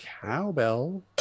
cowbell